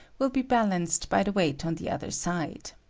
will be balanced by the weight on the other side.